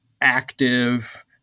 active